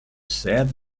said